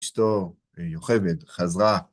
אשתו יוכבד, חזרה.